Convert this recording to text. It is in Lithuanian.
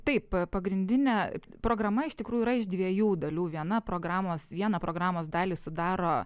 taip pagrindinė programa iš tikrųjų yra iš dviejų dalių viena programos vieną programos dalį sudaro